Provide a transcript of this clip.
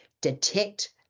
detect